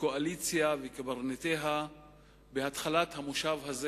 הקואליציה וקברניטיה בהתחלת המושב הזה